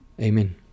Amen